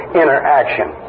interaction